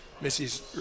Missy's